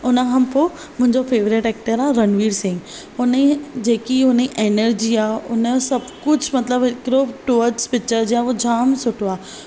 हुन खां पोइ मुंहिंजो फेवरेट एक्टर आ रनवीर सिंग हुन जी जेकी हुन जी एनरजी आहे हुन सभु कुझु मतिलबु हिकड़ो टूवर्डस पिक्चर हू जामु सुठो आहे